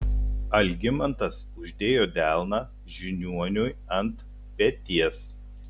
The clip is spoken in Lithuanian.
algimantas uždėjo delną žiniuoniui ant peties